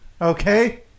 Okay